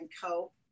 cope